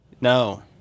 no